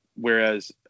Whereas